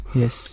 yes